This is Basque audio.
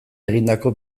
egindako